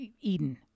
Eden